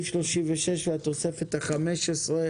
יש לנו את התוספת הארבע עשרה